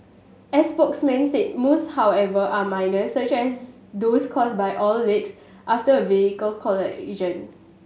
a spokesman said most however are minor such as those caused by oil leaks after a vehicle collision